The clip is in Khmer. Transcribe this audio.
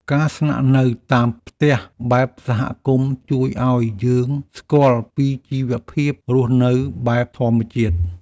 ការស្នាក់នៅតាមផ្ទះបែបសហគមន៍ ជួយឱ្យយើងស្គាល់ពីជីវភាពរស់នៅបែបធម្មជាតិ។